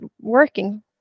working